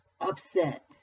upset